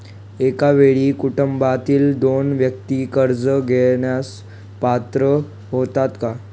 एका वेळी कुटुंबातील दोन व्यक्ती कर्ज घेण्यास पात्र होतात का?